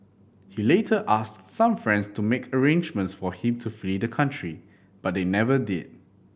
he later asked some friends to make arrangements for him to flee the country but they never did